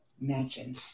imagine